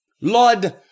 Lord